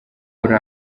kuri